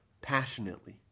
passionately